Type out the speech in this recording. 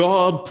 God